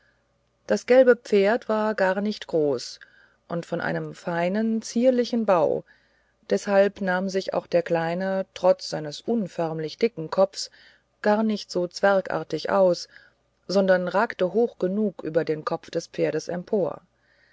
das gelbe pferd war gar nicht groß und von feinem zierlichen bau deshalb nahm sich auch der kleine trotz seines unförmlich dicken kopfs gar nicht so zwergartig aus sondern ragte hoch genug über den kopf des pferdes empor